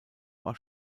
war